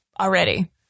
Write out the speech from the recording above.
already